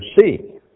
see